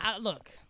Look